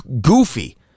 goofy